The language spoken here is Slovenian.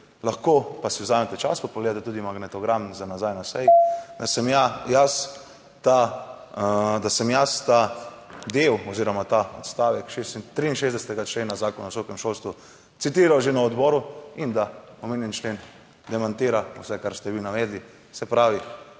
lahko pa si vzamete čas pa pogledate tudi magnetogram za nazaj na seji, da sem jaz ta del oziroma ta odstavek 63. člena Zakona o visokem šolstvu citiral že na odboru in da omenjeni člen demantira vse, kar ste vi navedli. Se pravi,